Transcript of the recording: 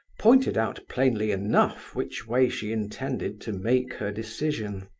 pointed out plainly enough which way she intended to make her decision!